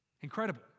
Incredible